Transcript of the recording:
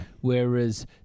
Whereas